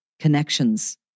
connections